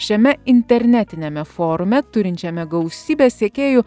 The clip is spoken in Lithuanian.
šiame internetiniame forume turinčiame gausybę sekėjų